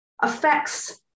affects